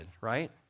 right